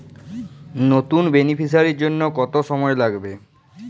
নতুন বেনিফিসিয়ারি জন্য কত সময় লাগবে?